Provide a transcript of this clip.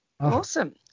Awesome